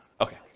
Okay